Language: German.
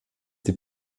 die